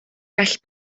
gall